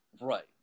Right